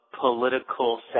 Political